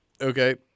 Okay